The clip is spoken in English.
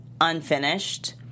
unfinished